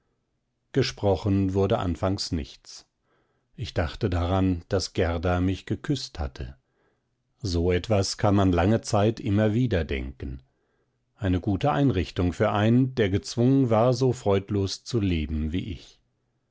gesprochen wurde anfangs nichts ich dachte daran daß gerda mich geküßt hatte so etwas kann man lange zeit immer wieder denken eine gute einrichtung für einen der gezwungen war so freudlos zu leben wie ich